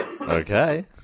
Okay